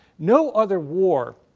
no other war